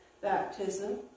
baptism